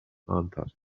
answered